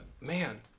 man